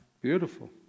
Beautiful